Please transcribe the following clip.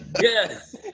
yes